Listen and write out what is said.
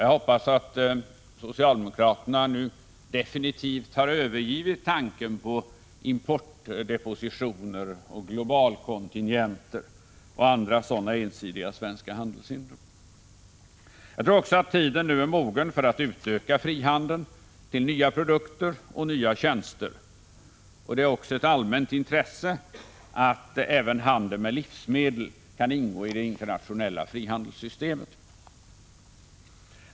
Jag hoppas att socialdemokraterna nu definitivt har övergivit tanken på importdepositioner, globalkontingenter och andra sådana ensidiga svenska handelshinder. Jag tror också att tiden nu är mogen för att utöka frihandeln till nya produkter och nya tjänster. Det är också ett allmänt intresse att även handeln med livsmedel kan ingå i det internationella frihandelssystemet.